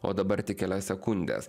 o dabar tik kelias sekundes